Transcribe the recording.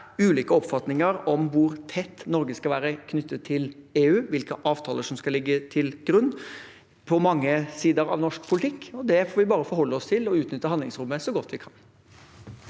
ulike oppfatninger om hvor tett Norge skal være knyttet til EU, og hvilke avtaler som skal ligge til grunn for mange sider av norsk politikk. Det får vi bare forholde oss til – og utnytte handlingsrommet så godt vi kan.